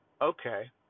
okay